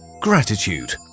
Gratitude